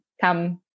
come